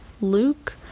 luke